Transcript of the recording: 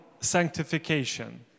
sanctification